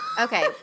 Okay